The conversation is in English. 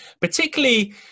particularly